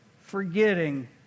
forgetting